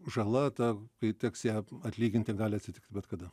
žala ta kai teks ją atlyginti gali atsitikt bet kada